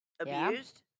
Abused